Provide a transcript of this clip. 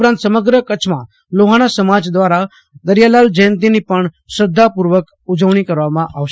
ઉપરાંત સમગ્ર કચ્છમાં લોહાણા સમાજ દ્વારા દરિયાલાલ જયંતીની પણ શ્રદ્ધાપૂર્વક ઉજવણી કરવામાં આવશે